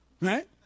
right